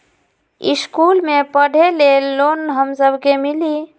इश्कुल मे पढे ले लोन हम सब के मिली?